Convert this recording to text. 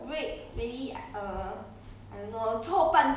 to four minute is not enough to go toilet